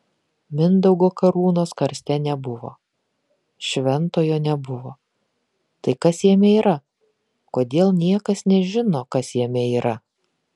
mindaugo karūnos karste nebuvo šventojo nebuvo tai kas jame yra kodėl niekas nežino kas jame yra